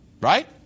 Right